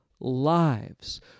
lives